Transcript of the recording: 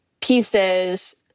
pieces